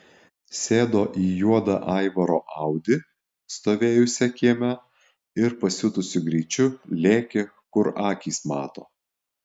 sėdo į juodą aivaro audi stovėjusią kieme ir pasiutusiu greičiu lėkė kur akys mato